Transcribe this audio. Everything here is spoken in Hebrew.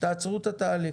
תעצרו את התהליך.